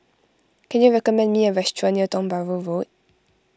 can you recommend me a restaurant near Tiong Bahru Road